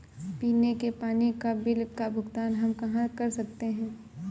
पीने के पानी का बिल का भुगतान हम कहाँ कर सकते हैं?